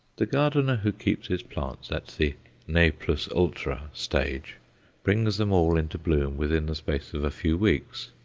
the gardener who keeps his plants at the ne plus ultra stage brings them all into bloom within the space of a few weeks.